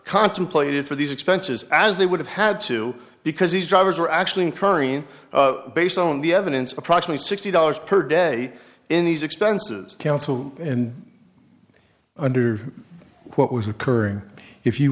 contemplated for these expenses as they would have had to because these drivers were actually incurring based on the evidence approximately sixty dollars per day in these expenses counsel and under what was occurring if you